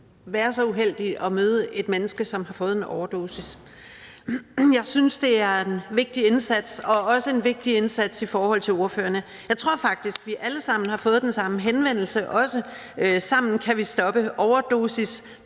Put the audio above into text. være så uheldig at møde et menneske, som har fået en overdosis. Jeg synes, det er en vigtig indsats – og også en vigtig indsats i forhold til ordførerne. Jeg tror faktisk, at vi alle sammen har fået den samme henvendelse om, at vi sammen kan stoppe overdosisdødsfald.